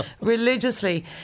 religiously